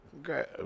Okay